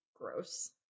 gross